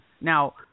Now